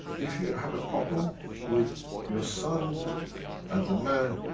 if you have a problem with your son as a man,